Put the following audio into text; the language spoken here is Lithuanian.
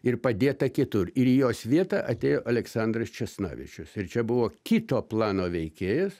ir padėta kitur ir į jos vietą atėjo aleksandras česnavičius ir čia buvo kito plano veikėjas